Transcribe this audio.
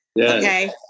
Okay